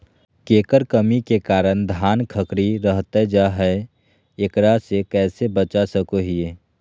केकर कमी के कारण धान खखड़ी रहतई जा है, एकरा से कैसे बचा सको हियय?